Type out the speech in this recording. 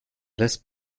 lässt